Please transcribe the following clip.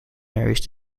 marries